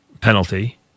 penalty